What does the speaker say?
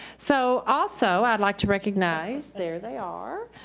so also, i'd like to recognize, there they are.